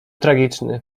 tragiczny